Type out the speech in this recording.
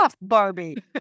Barbie